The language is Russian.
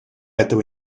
этого